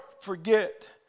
forget